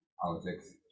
politics